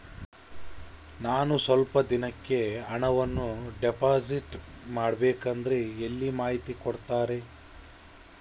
ನಾನು ಸ್ವಲ್ಪ ದಿನಕ್ಕೆ ಹಣವನ್ನು ಡಿಪಾಸಿಟ್ ಮಾಡಬೇಕಂದ್ರೆ ಎಲ್ಲಿ ಮಾಹಿತಿ ಕೊಡ್ತಾರೆ?